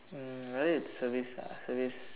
um I think it's service ah service